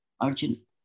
Arjun